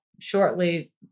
shortly